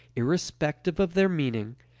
irrespective of their meaning,